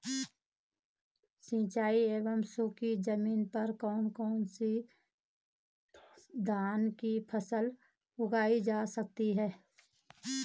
सिंचाई एवं सूखी जमीन पर कौन कौन से धान की फसल उगाई जा सकती है?